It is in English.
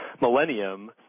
millennium